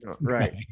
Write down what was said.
Right